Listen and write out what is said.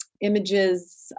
images